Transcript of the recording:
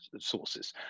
sources